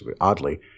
oddly